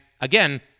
again